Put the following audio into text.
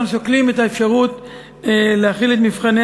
אנחנו שוקלים את האפשרות להחיל את מבחני